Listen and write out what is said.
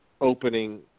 opening